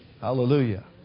Hallelujah